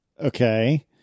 Okay